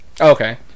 Okay